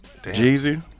Jeezy